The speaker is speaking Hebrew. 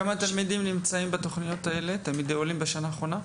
כמה תלמידי עולים נמצאים בתכניות האלה בשנה האחרונה?